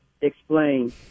explain